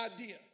idea